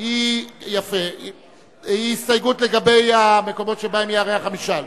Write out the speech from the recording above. היא הסתייגות לגבי המקומות שבהם ייערך המשאל.